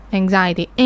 anxiety